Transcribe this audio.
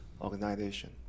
organization